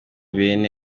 bene